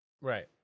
Right